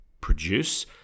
produce